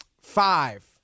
five